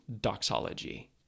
doxology